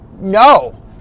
No